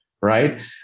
right